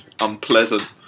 unpleasant